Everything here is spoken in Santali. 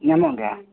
ᱧᱟᱢᱚᱜ ᱜᱮᱭᱟ